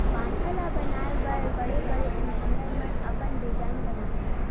बांधा ल बनाए बर बड़े बड़े इजीनियर मन अपन डिजईन बनाथे